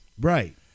Right